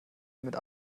mit